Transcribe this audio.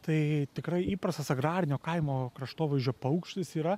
tai tikrai įprastas agrarinio kaimo kraštovaizdžio paukštis yra